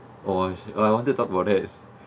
oh I wanted to talk about that